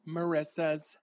Marissa's